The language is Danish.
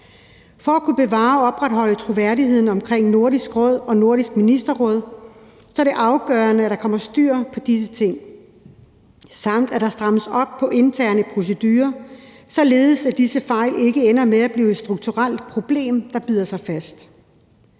For at kunne opretholde troværdigheden omkring Nordisk Råd og Nordisk Ministerråd er det afgørende, at der kommer styr på disse ting, samt at der strammes op på interne procedurer, således at disse fejl ikke ender med at blive et strukturelt problem, der bider sig fast.